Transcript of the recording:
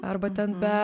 arba ten be